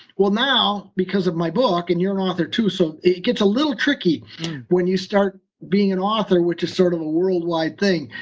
well, now, because of my book, and you're an author too, so it gets a little tricky when you start being an author, which is sort of a worldwide thing.